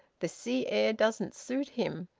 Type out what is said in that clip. the sea air doesn't suit him.